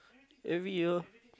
every year